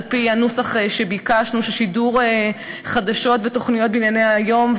על-פי הנוסח שביקשנו: שידור חדשות ותוכניות בענייני היום,